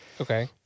Okay